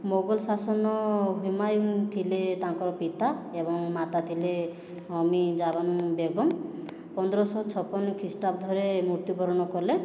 ମୋଗଲ ଶାସନ ହୁମାୟୁନ ଥିଲେ ତାଙ୍କର ପିତା ଏବଂ ମାତା ଥିଲେ ହମିଜା ବାନୁ ବେଗମ ପନ୍ଦରଶହ ଛପନ ଖ୍ରୀଷ୍ଟାବ୍ଦରେ ମୃତ୍ୟୁବରଣ କଲେ